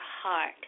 heart